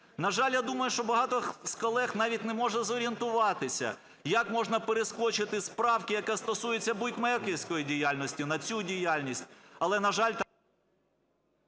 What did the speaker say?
На жаль, я думаю, що багато з колег навіть не може зорієнтуватися, як можна перескочити з правки, яка стосується букмекерської діяльності, на цю діяльність. Але на жаль...